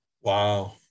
Wow